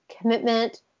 commitment